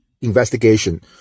investigation